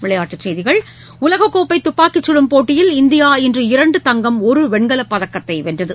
விளையாட்டுச் செய்திகள் உலகக்கோப்பைதுப்பாக்கிச் சுடும் போட்டியில் இன்று இரண்டு தங்கம் இந்தியா ஒருவெண்கலப் பதக்கத்தைவென்றது